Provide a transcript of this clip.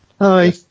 Hi